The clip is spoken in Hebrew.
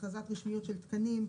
הכרזת רישמיות של תקנים,